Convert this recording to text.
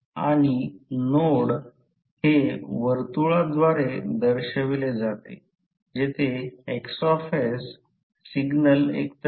material saturated असल्याचे म्हटले आहे अशा प्रकारे सॅच्युरेशनमुळे फ्लक्स डेन्सिटी वाढत आहे